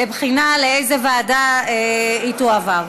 לבחינה לאיזה ועדה היא תועבר.